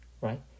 right